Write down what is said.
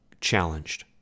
challenged